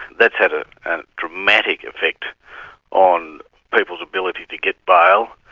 that's had a and dramatic effect on people's ability to get bail,